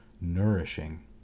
nourishing